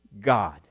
God